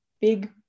big